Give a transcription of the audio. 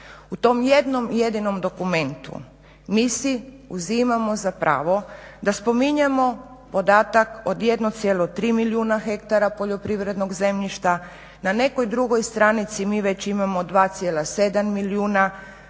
u tom jednom jedinom dokumentu mi si uzimamo za pravo da spominjemo podatak od 1,3 milijuna hektara poljoprivrednog zemljišta, na nekoj drugoj stranici mi već imamo 2,7 milijuna hektara